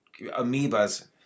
amoebas